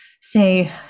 say